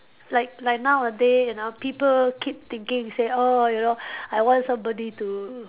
like like nowadays you know people keep thinking oh you know I want somebody to